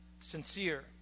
Sincere